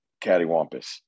cattywampus